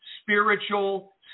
spiritual